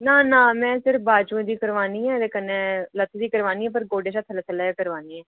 ना ना में सिर्फ वाचभन दी करानी ऐ ते कन्नै पर गौड्डे कशा थल्लै थल्लै ई करानी ऐ